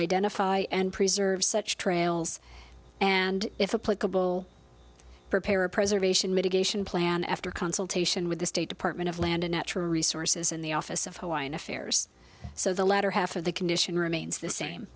identify and preserve such trails and if a political prepare a preservation mitigation plan after consultation with the state department of land and natural resources in the office of hawaiian affairs so the latter half of the condition remains the same